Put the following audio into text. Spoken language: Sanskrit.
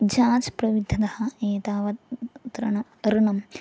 झाज् प्रविद्धः एतावत् ऋणम् ऋणम्